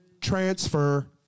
Transfer